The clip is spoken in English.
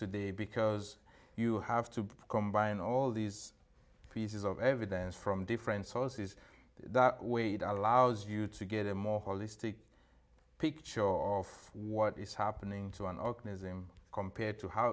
today because you have to combine all these pieces of evidence from different sources that weight allows you to get a more holistic picture of what is happening to an organism compared to how